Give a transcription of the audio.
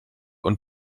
und